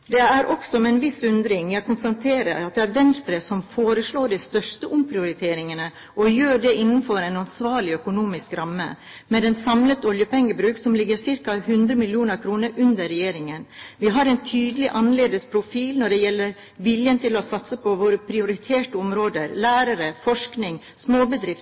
Det er også med en viss undring jeg konstaterer at det er Venstre som foreslår de største omprioriteringene og gjør det innenfor en ansvarlig økonomisk ramme, med en samlet oljepengebruk som ligger ca. 100 mill. kr under regjeringens. Vi har en tydelig annerledes profil når det gjelder viljen til å satse på våre prioriterte områder – lærere, forskning, småbedrifter,